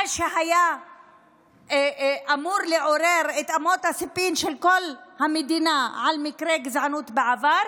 מה שהיה אמור לעורר את אמות הסיפים של כל המדינה על מקרה גזענות בעבר,